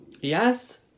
Yes